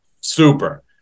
Super